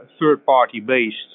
third-party-based